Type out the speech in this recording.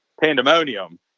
pandemonium